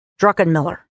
Druckenmiller